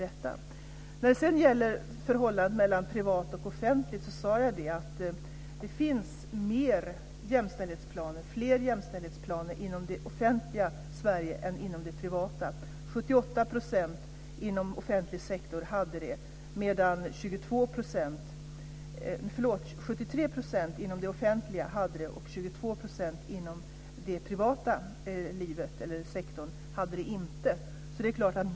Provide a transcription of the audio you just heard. Jag sade att det finns fler jämställdhetsplaner inom det offentliga Sverige än inom det privata. Inom det offentliga hade 73 % av arbetsgivarna jämställdhetsplan och inom den privata sektorn 22 %.